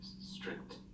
Strict